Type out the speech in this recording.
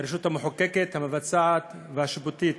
הרשות המחוקקת, המבצעת והשיפוטית,